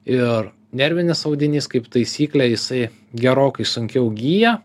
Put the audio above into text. ir nervinis audinys kaip taisyklė jisai gerokai sunkiau gyja